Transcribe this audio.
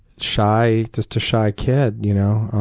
shy, just a shy kid. you know